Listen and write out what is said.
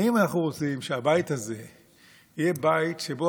האם אנחנו רוצים שהבית הזה יהיה בית שבו